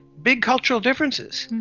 big cultural differences.